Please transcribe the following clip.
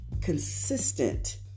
consistent